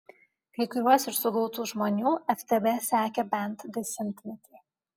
kai kuriuos iš sugautų žmonių ftb sekė bent dešimtmetį